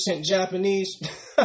Japanese